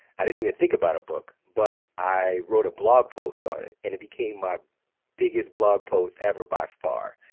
i didn't even think about a book, but i wrote a blog post on it. and it became my biggest blog post ever by far,